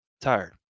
Tired